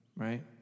Right